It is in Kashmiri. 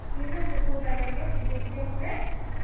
سیٖمٹ تہِ کوتاہ لَگٮ۪س بیٚیہِ سیٚکھ وٮیٚکھ